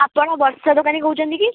ଆପଣ ବର୍ଷା ଦୋକାନୀ କହୁଛନ୍ତି କି